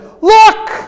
Look